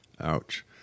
Ouch